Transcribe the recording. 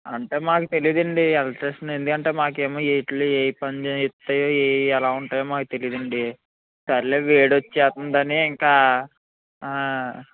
అంటే మాకు తెలీదండి ఎలెక్ట్రిషన్ ఎందుకు అంటే మాకేమో వేటిలో ఏవి పని చేస్తాయో ఏవి ఎలా ఉంటాయో మాకు తెలీదండి సర్లే వేడోచేస్తుందని ఇంకా